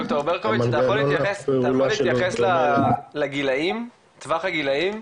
ד"ר ברקוביץ, אתה יכול להתייחס לטווח הגילאים?